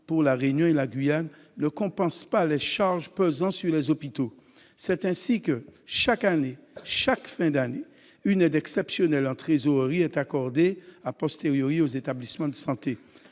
pour la Réunion et la Guyane -, ne compensent pas les charges pesant sur les hôpitaux. C'est ainsi que, chaque fin d'année, une aide exceptionnelle en trésorerie est accordée aux établissements de santé.